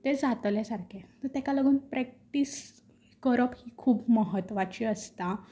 ते जातलें सारकें तेका लागून प्रेक्टीस करप ही खूब महत्वाची आसता